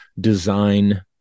design